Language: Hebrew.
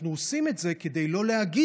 אנחנו עושים את זה כדי לא להגיע